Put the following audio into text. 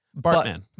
Bartman